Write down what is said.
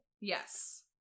Yes